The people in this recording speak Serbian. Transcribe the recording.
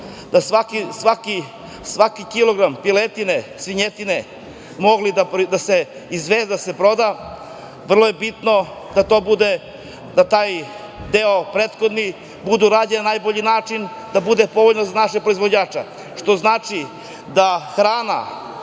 svaki kilogram piletine, svinjetine da se izveze, da se proda, vrlo je bitno da taj deo prethodni bude urađen na najbolji način, da bude povoljno za naše proizvođače, što znači da hrana